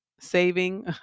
saving